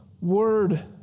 Word